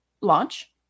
launch